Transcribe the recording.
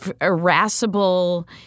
irascible